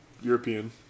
European